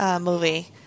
movie